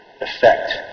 effect